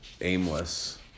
aimless